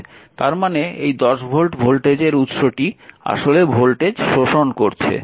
তার মানে এই 10 ভোল্ট ভোল্টেজের উৎসটি আসলে ভোল্টেজ শোষণ করছে